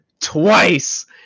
twice